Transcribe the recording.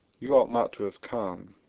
you ought not to have come.